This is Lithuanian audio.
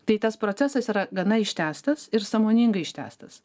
tai tas procesas yra gana ištęstas ir sąmoningai ištęstas